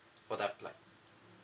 for the apply